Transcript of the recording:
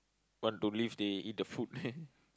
want to live they eat the food